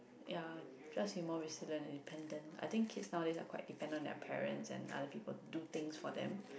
ya just be more resilient and independent I think kids nowadays are quite depend on their parents and other people do things for them